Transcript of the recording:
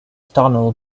tunnel